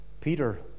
Peter